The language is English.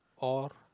or